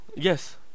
Yes